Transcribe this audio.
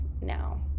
now